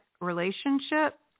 relationship